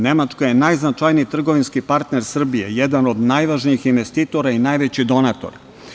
Nemačka je najznačajniji trgovinski partner Srbije, jedan od najvažnijih investitora i najveći donator.